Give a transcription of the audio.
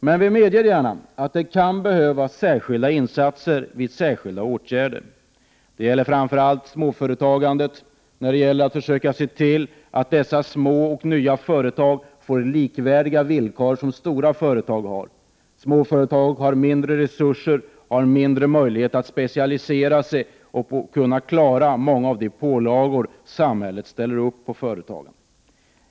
Men vi medger gärna att det kan behövas särskilda insatser för en del av åtgärderna. Detta gäller framför allt småföretagandet. Man måste försöka se till att små och nya företag får likvärdiga villkor med vad stora företag får. Små företag har mindre resurser och har mindre möjligheter att specialisera sig och kunna klara många av de pålagor samhället lägger på företagen.